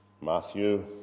Matthew